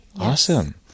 Awesome